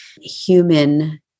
human